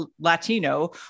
Latino